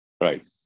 Right